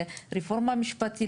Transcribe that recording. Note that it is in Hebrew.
רפורמה משפטית,